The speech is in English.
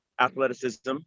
athleticism